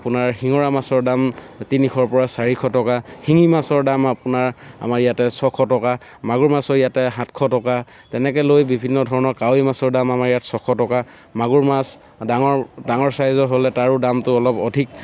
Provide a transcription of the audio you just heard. আপোনাৰ শিঙৰা মাছৰ দাম তিনিশৰ পৰা চাৰিশ টকা শিঙি মাছৰ দাম আপোনাৰ আমাৰ ইয়াতে ছশ টকা মাগুৰ মাছৰ ইয়াতে সাতশ টকা তেনেকে লৈ বিভিন্ন ধৰণৰ কাৱৈ মাছৰ দাম আমাৰ ইয়াত ছশ টকা মাগুৰ মাছ ডাঙৰ ডাঙৰ চাইজৰ হ'লে তাৰো দামটো অলপ অধিক